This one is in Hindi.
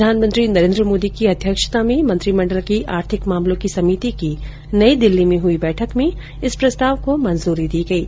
प्रधानमंत्री नरेंद्र मोदी की अध्यक्षता में मंत्रिमंडल की आर्थिक मामलों की समिति की नई दिल्ली में हुई बैठक में इस प्रस्ताव को मंजूरी दी गयी